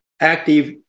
active